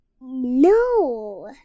No